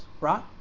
Right